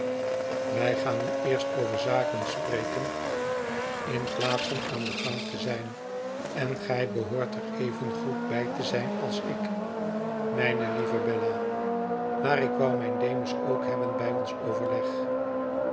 wij gaan nu eerst over zaken spreken in plaats van aan den gang te zijn en gij behoort er evengoed bij te zijn als ik mijne lieve bella maar ik wou mijn denaus ook hebben bij ons overleg